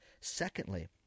Secondly